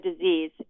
disease